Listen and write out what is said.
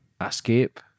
escape